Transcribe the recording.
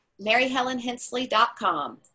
MaryhelenHensley.com